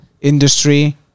industry